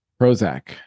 Prozac